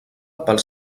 pels